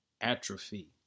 atrophy